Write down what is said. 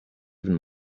even